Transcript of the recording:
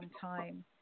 time